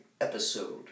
episode